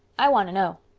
i want to know.